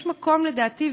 יש מקום לדעתי,